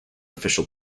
official